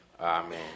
Amen